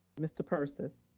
mr. persis.